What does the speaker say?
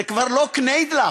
זה כבר לא קניידלך,